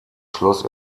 schloss